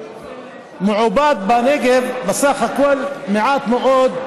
ומעובדים בנגב בסך הכול מעט מאוד,